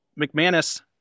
McManus